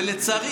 ולצערי,